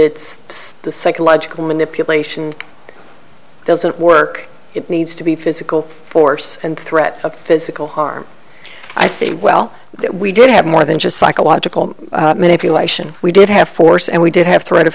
it's the psychological manipulation doesn't work it needs to be physical force and threat of physical harm i say well we did have more than just psychological manipulation we did have force and we did have t